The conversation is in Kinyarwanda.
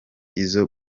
izo